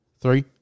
Three